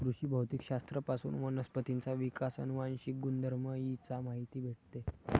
कृषी भौतिक शास्त्र पासून वनस्पतींचा विकास, अनुवांशिक गुणधर्म इ चा माहिती भेटते